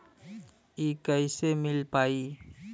इ कईसे मिल पाई?